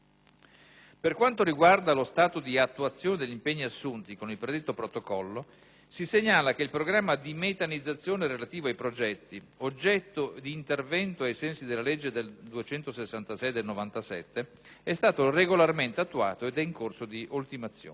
Per quanto riguarda lo stato di attuazione degli impegni assunti con il predetto protocollo, si segnala che il programma di metanizzazione relativo ai progetti, oggetto di intervento ai sensi della legge n. 266 del 1997, è stato regolarmente attuato ed è in corso di ultimazione.